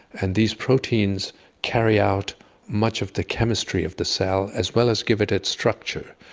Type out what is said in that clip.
and these proteins carry out much of the chemistry of the cell, as well as give it its structure.